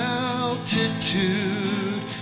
altitude